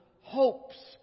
hopes